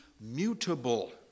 mutable